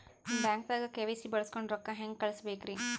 ಬ್ಯಾಂಕ್ದಾಗ ಕೆ.ವೈ.ಸಿ ಬಳಸ್ಕೊಂಡ್ ರೊಕ್ಕ ಹೆಂಗ್ ಕಳಸ್ ಬೇಕ್ರಿ?